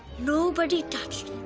nobody touched it.